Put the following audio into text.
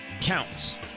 counts